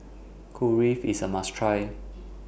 Kulfi IS A must Try